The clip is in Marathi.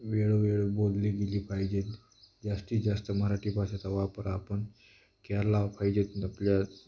वेळोवेळी बोलली गेली पाहिजे जास्तीत जास्त मराठी भाषेचा वापर आपण केला पाहिजे आपल्याला